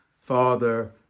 Father